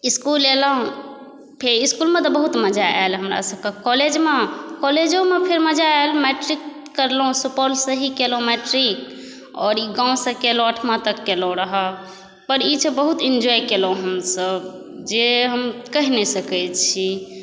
school एलहुँ फेर स्कूलमे तऽ बहुत मजा आयल हमरा सभके कॉलेजमे कॉलेजोमे फेर मजा आयल मैट्रिक करलहुँ सुपौल से ही करलहुँ मैट्रिक आओर गाँवसँ केलहुँ अठमा तक केलहुँ रह पर ई सभ बहुत इन्जॉय केलहुँ हमसभ जे हम कहि नहि सकै छी